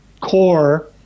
core